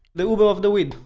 the uber of the weed.